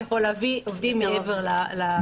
יכול להביא עובדים מעבר ל-30%.